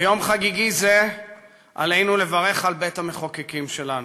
ביום חגיגי זה עלינו לברך על בית-המחוקקים שלנו,